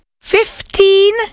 Fifteen